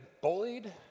bullied